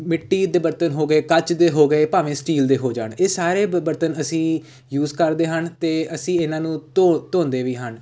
ਮਿੱਟੀ ਦੇ ਬਰਤਨ ਹੋ ਗਏ ਕੱਚ ਦੇ ਹੋ ਗਏ ਭਾਵੇਂ ਸਟੀਲ ਦੇ ਹੋ ਜਾਣ ਇਹ ਸਾਰੇ ਬ ਬਰਤਨ ਅਸੀਂ ਯੂਜ ਕਰਦੇ ਹਨ ਅਤੇ ਅਸੀਂ ਇਹਨਾਂ ਨੂੰ ਧੋ ਧੋਂਦੇ ਵੀ ਹਨ